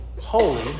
holy